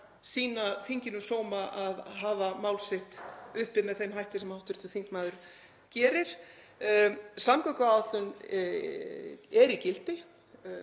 sýna þinginu sóma að hafa mál sitt uppi með þeim hætti sem hv. þingmaður gerir. Samgönguáætlun er í gildi